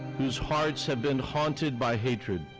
whose hearts have been haunted by hatred,